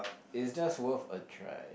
it's just worth a try